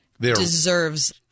deserves